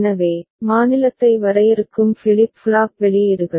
எனவே மாநிலத்தை வரையறுக்கும் ஃபிளிப் ஃப்ளாப் வெளியீடுகள்